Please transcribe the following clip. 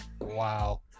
wow